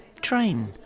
train